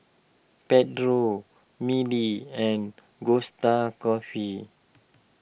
Petro Mili and Costa Coffee